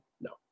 no